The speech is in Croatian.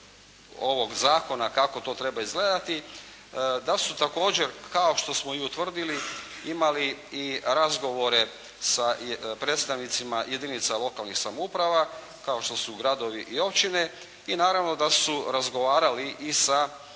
ovog zakona kako to treba izgledati da su također kao što smo i utvrdili imali razgovore sa predstavnicima jedinica lokalnih samouprava kao što su gradovi i općine i naravno da su razgovarali i sa